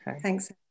thanks